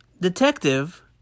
Detective